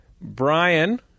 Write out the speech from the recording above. Brian